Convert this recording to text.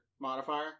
modifier